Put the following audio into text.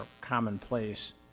commonplace